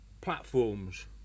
platforms